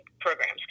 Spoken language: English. programs